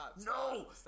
no